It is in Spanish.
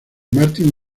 martín